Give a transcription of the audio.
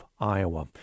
Iowa